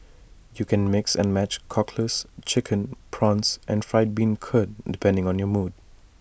you can mix and match Cockles Chicken Prawns and Fried Bean Curd depending on your mood